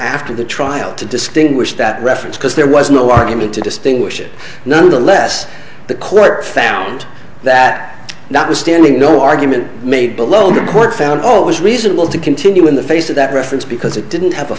after the trial to distinguish that reference because there was no argument to distinguish it nonetheless the court found that notwithstanding no argument made below the court found all it was reasonable to continue in the face of that reference because it didn't have a